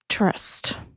Trust